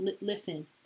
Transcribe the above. Listen